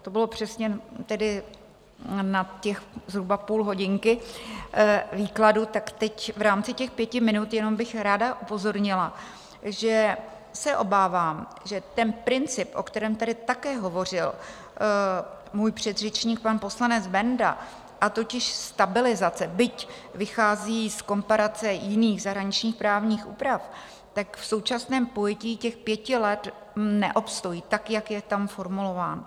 To bylo přesně na těch zhruba půl hodinky výkladu, tak teď v rámci pěti minut jenom bych ráda upozornila, že se obávám, že princip, o kterém také hovořil můj předřečník, pan poslanec Benda, a totiž stabilizace, byť vychází z komparace jiných zahraničních právních úprav, v současném pojetí těch pěti let neobstojí, jak je tam formulován.